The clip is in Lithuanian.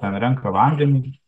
ten renka vandenį